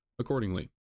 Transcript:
accordingly